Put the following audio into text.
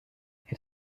est